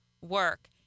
Work